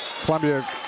Columbia